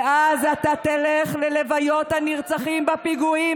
ואז אתה תלך ללוויות הנרצחים בפיגועים